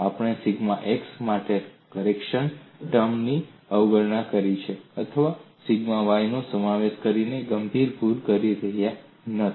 આપણે sigma x માં correction term ની અવગણના કરીને અથવા સિગ્મા Yનો સમાવેશ કરીને ગંભીર ભૂલ કરી રહ્યા નથી